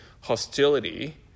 Hostility